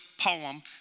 poem